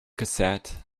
cassette